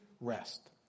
rest